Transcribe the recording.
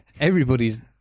Everybody's